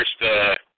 first